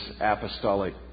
apostolic